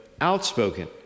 outspoken